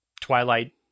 Twilight